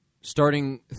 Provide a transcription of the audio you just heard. starting